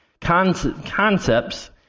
concepts